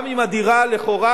גם אם הדירה לכאורה,